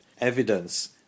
evidence